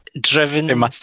Driven